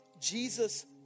Jesus